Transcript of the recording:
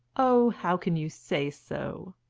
oh, how can you say so?